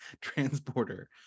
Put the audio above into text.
transporter